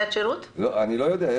אני לא יודע.